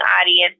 audience